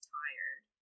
tired